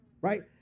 right